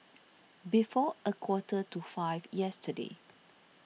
before a quarter to five yesterday